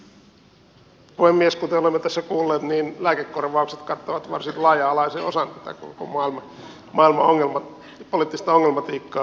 kuten olemme tässä kuulleet lääkekorvaukset kattavat varsin laaja alaisen osan tätä koko poliittista ongelmatiikkaa